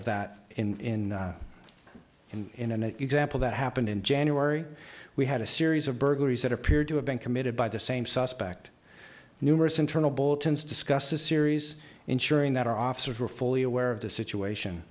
of that in and in an example that happened in january we had a series of burglaries that appeared to have been committed by the same suspect numerous internal bulletins discussed a series ensuring that our officers were fully aware of the situation